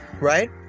Right